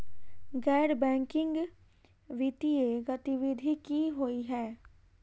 गैर बैंकिंग वित्तीय गतिविधि की होइ है?